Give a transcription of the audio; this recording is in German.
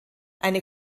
eine